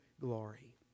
glory